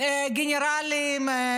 גנרלים.